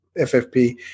FFP